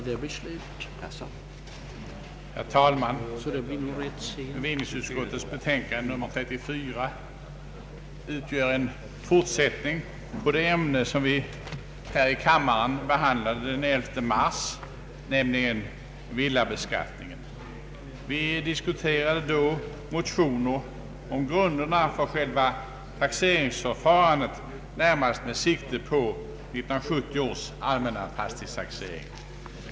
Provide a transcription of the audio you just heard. Herr talman! Bevillningsutskottets betänkande nr 34 utgör en fortsättning på det ämne som vi här i kammaren behandlade den 11 mars, nämligen villabeskattningen. Vi diskuterade då motioner som gällde grunderna för själva taxeringsförfarandet, närmast med sikte på 1970 års allmänna fastighetstaxering.